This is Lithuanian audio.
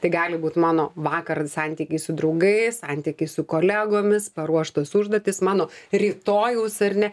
tai gali būti mano vakar santykiai su draugais santykiai su kolegomis paruoštas užduotis mano rytojaus ar ne